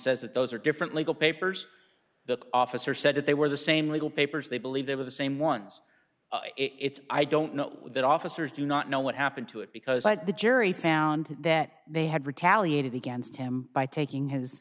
says that those are different legal papers the officer said that they were the same legal papers they believe they were the same ones it's i don't know that officers do not know what happened to it because like the jury found that they had retaliated against him by taking his